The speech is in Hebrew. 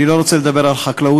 אני לא רוצה לדבר על חקלאות,